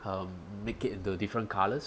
um make it into different colours